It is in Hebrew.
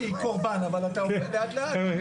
שאלנו האם הוא מתכוון לממש את האג'נדה